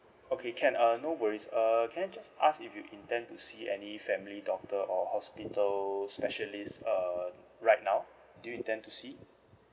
okay can uh no worries err can I just ask if you intend to see any family doctor or hospital specialist uh right now do you intend to see